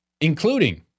including